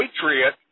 Patriot